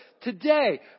today